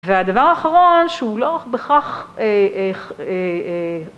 והדבר האחרון, שהוא לא בהכרח אה...